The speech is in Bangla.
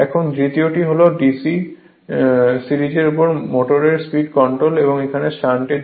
এখন দ্বিতীয়টি হল DC সিরিজের মোটরের স্পীড কন্ট্রোল এখন এটি শান্টের জন্য